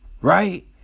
right